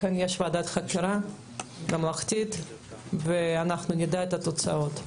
לכן יש ועדת חקירה ממלכתית ואנחנו נדע את התוצאות.